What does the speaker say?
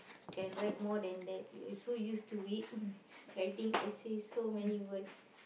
can write more than that we're so used to it writing essays so many words